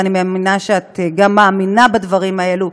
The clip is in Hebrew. ואני מאמינה שאת גם מאמינה בדברים האלה,